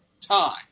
time